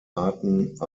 arten